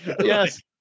Yes